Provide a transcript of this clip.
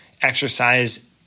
exercise